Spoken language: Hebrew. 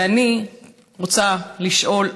ואני רוצה לשאול,